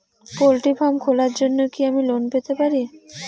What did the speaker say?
Poultry farm খোলার জন্য কি আমি লোন পেতে পারি?